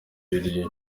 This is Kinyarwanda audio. yuriye